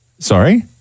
Sorry